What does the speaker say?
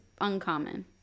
uncommon